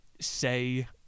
say